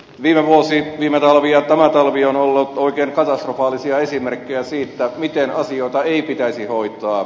viime vuosi viime talvi ja tämä talvi ovat olleet oikein katastrofaalisia esimerkkejä siitä miten asioita ei pitäisi hoitaa